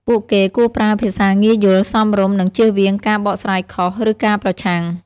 ពួកគេគួរប្រើភាសាងាយយល់ សមរម្យ និងចៀសវាងការបកស្រាយខុស ឬការប្រឆាំង។